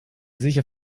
sicher